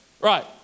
Right